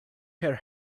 her